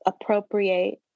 appropriate